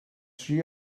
she